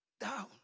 down